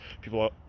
people